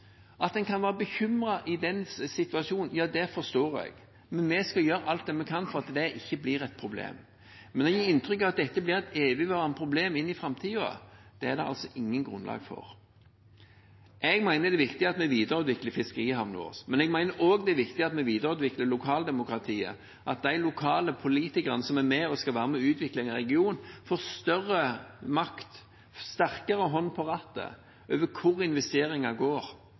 at en kan være bekymret i den situasjonen, men vi skal gjøre alt vi kan for at det ikke blir et problem. Men å gi inntrykk av at dette blir et evigvarende problem inn i framtiden, er det altså ikke noe grunnlag for. Jeg mener det er viktig at vi videreutvikler fiskerihavnene våre, men jeg mener også det er viktig at vi videreutvikler lokaldemokratiet, at de lokale politikerne som er med og skal være med på å utvikle en region, får større makt over og en sterkere hånd på rattet med hensyn til hvor investeringene går.